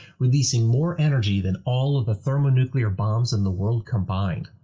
releasing more energy than all of the thermonuclear bombs and the world combined.